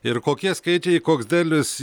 ir kokie skaičiai koks didelis